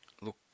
look